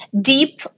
deep